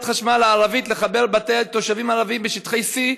חשמל הערבית לחבר את בתי התושבים הערבים בשטחי C,